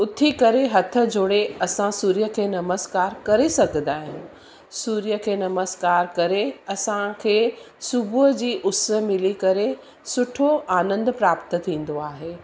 उथी करे हथ जोड़े असां सूर्य खे नमस्कार करे सघंदा आहियूं सूर्य खे नमस्कार करे असां खे सुबुह जी उस मिली करे सुठो आनंदु प्राप्त थींदो आहे